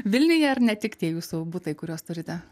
vilniuje ar ne tik tie jūsų butai kuriuos turite